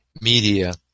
media